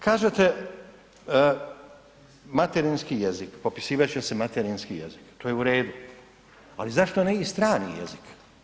Kažete materinski jezik, popisivat će se materinski jezik, to je u redu, ali zašto ne i strani jezik?